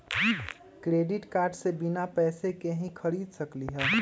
Credit card से बिना पैसे के ही खरीद सकली ह?